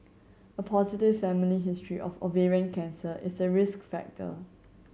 a positive family history of ovarian cancer is a risk factor